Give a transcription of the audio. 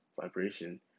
vibration